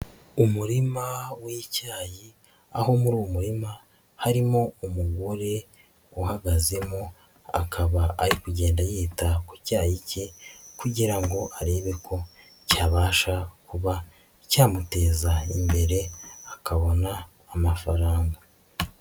Umurima w'icyayi, aho muri uwo murima harimo umugore uhagazemo, akaba ari kugenda yita ku cyayi cye kugira ngo arebe ko cyabasha kuba cyamuteza imbere akabona amafaranga.